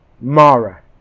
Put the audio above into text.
Mara